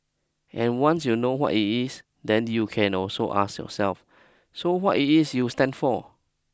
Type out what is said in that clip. and once you know what it is then you can also ask yourself so what it is you stand for